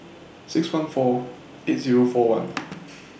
six one four eight Zero four one